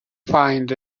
find